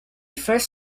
first